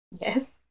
Yes